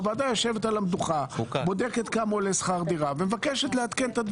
הוועדה יושבת על המדוכה ובודקת מה גובה שכר הדירה ומבקשת לעדכן.